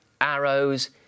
arrows